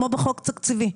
כמו בחוק תקציבי?